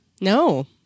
no